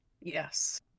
Yes